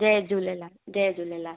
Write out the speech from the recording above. जय झूलेलाल जय जूलेलाल